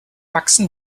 achsen